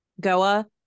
goa